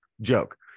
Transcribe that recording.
joke